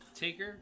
Taker